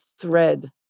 thread